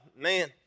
man